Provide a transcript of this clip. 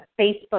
Facebook